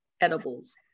edibles